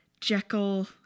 Jekyll